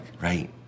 Right